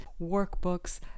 workbooks